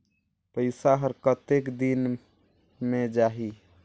पइसा हर कतेक दिन मे जाही?